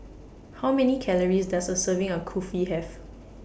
How Many Calories Does A Serving of Kulfi Have